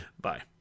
bye